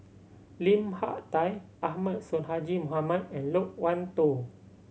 Lim Hak Tai Ahmad Sonhadji Mohamad and Loke Wan Tho